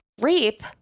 rape